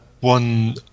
one